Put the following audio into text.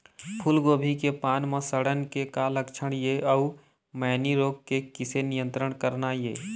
फूलगोभी के पान म सड़न के का लक्षण ये अऊ मैनी रोग के किसे नियंत्रण करना ये?